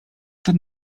przed